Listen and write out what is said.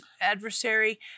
adversary